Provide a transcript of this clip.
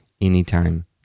anytime